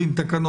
הדיון.